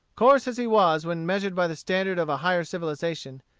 coarse as he was when measured by the standard of a higher civilization,